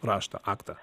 raštą aktą